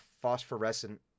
phosphorescent